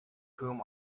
whom